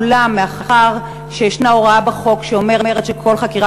אולם מאחר שיש הוראה בחוק שאומרת שכל חקירה